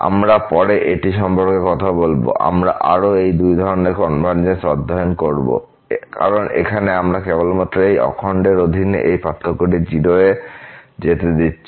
আমরা পরে এটি সম্পর্কে কথা বলব আমরা আরও দুই ধরনের কনভারজেন্স অধ্যয়ন করব কারণ এখানে আমরা কেবলমাত্র এই অখণ্ডের অধীনে এই পার্থক্যটি 0 এ যেতে দিচ্ছি